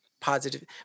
positive